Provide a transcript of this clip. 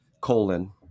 colon